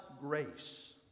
grace